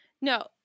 No